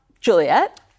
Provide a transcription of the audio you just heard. Juliet